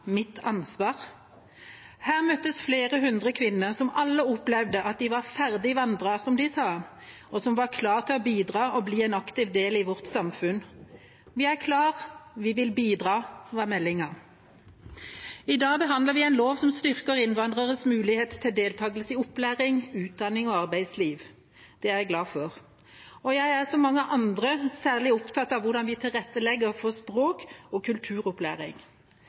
mitt ansvar. Her møttes flere hundre kvinner, som alle opplevde at de var ferdig vandret, som de sa, og som var klar til å bidra og bli en aktiv del av vårt samfunn. Vi er klar, vi vil bidra, var meldingen. I dag behandler vi en lov som styrker innvandreres mulighet til deltakelse i opplæring, utdanning og arbeidsliv. Det er jeg glad for. Jeg er, som mange andre, særlig opptatt av hvordan vi tilrettelegger for språk- og kulturopplæring.